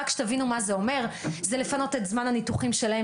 רק שתבינו מה זה אומר: זה לפנות את זמן הניתוחים שלהם